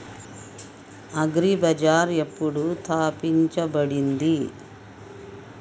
Agri Bazaar ఎప్పుడు స్థాపించబడింది?